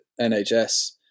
nhs